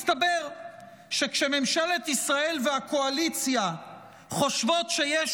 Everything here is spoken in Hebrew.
מסתבר שכשממשלת ישראל והקואליציה חושבות שיש